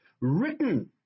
written